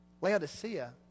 Laodicea